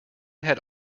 had